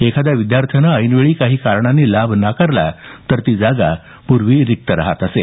एखाद्या विद्यार्थ्याने ऐनवेळी काही कारणांनी लाभ नाकारल्यास ती जागा रिक्त राहत असे